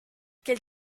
quel